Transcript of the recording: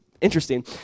Interesting